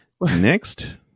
next